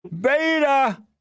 Beta